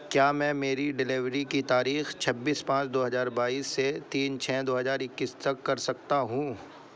کیا میں میری ڈیلیوری کی تاریخ چھبیس پانچ دو ہزار بائیس سے تین چھ دو ہزار اکیس تک کر سکتا ہوں